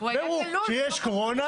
אמרו שיש קורונה